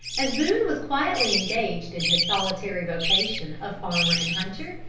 as boone was quietly engaged in his solitary vocation of farmer and hunter,